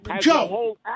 Joe